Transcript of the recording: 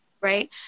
right